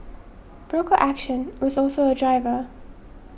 broker action was also a driver